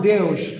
Deus